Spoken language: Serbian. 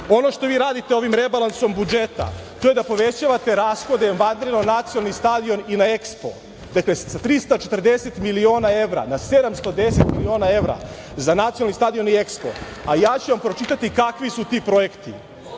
što vi radite ovim rebalansom budžeta, to je da povećavate rashode za izgradnju nacionalnog stadiona i na EKSPO. Dakle, sa 340 miliona evra, na 710 miliona evra za nacionalni stadion i EKSPO, a ja ću vam pročitati kakvi su ti projekti. EKSPO